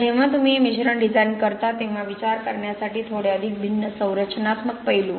आता जेव्हा तुम्ही हे मिश्रण डिझाइन करता तेव्हा विचार करण्यासाठी थोडे अधिक भिन्न संरचनात्मक पैलू